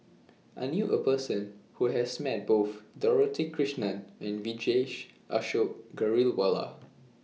I knew A Person Who has Met Both Dorothy Krishnan and Vijesh Ashok Ghariwala